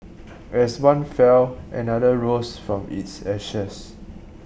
as one fell another rose from its ashes